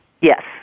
Yes